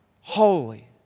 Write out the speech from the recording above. Holy